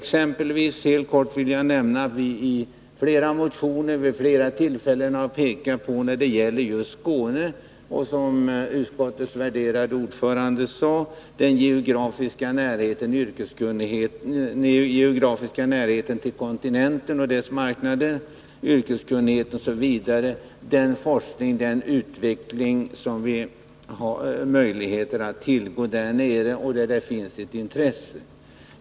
Jag vill helt kort nämna att vi i flera motioner och vid flera tillfällen när det gällt just Skåne har pekat på, vilket också utskottets värderade ordförande gjorde, den geografiska närheten till kontinenten och dess marknader, yrkeskunnigheten, den forskning och utveckling som vi har möjlighet att tillgå och det intresse som finns i regionen.